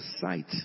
sight